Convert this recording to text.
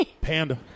Panda